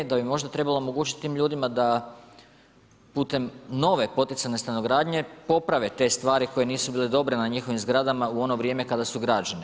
Da bi možda trebalo omogućiti tim ljudima, da putem nove potencijalne stanogradnje, poprave te stvari koje nisu bile dobre na njihovim zgradama, u ono vrijeme kada su građene.